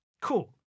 Cool